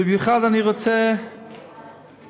במיוחד אני רוצה לשלוח